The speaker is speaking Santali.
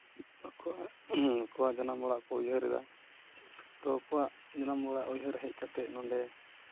ᱟᱠᱚᱣᱟᱜ ᱟᱠᱚᱣᱟᱜ ᱡᱟᱱᱟᱢ ᱚᱲᱟᱜ ᱠᱚ ᱩᱭᱦᱟᱹᱨ ᱮᱫᱟ ᱛᱳ ᱟᱠᱚᱣᱟᱜ ᱡᱟᱱᱟᱢ ᱚᱲᱟᱜ ᱩᱭᱦᱟᱹᱨ ᱦᱮᱡ ᱠᱟᱛᱮᱫ ᱱᱚᱸᱰᱮ